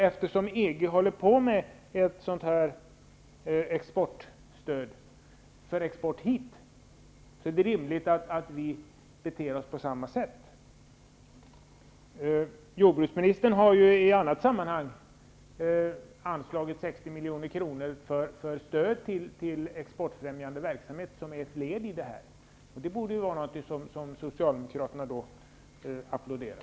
Eftersom man inom EG håller på och arbetar med ett stöd för export hit, så är det rimligt att vi går till väga på samma sätt. Jordbruksministern har i annat sammanhang anslagit 60 milj.kr. för stöd till exportfrämjande verksamhet som ett led i detta. Det borde vara någonting som socialdemokraterna applåderar.